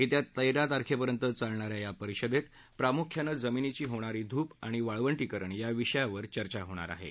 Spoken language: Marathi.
यस्वि तस्वितारखप्र्यिंत चालणा या या परीषदत्तप्रामुख्यानं जमीनीची होणारी धूप आणि वाळवंटीकरण या विषयावर चर्चा होणार आहा